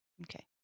Okay